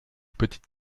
petite